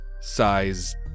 size